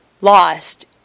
lost